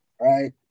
Right